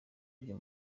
byo